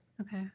Okay